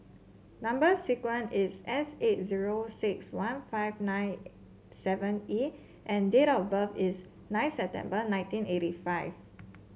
number sequence is S eight zero six one five nine seven E and date of birth is nine September nineteen eighty five